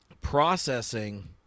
processing –